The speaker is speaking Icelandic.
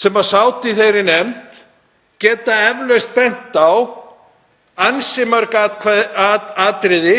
sem sátu í þeirri nefnd geta eflaust bent á ansi mörg atriði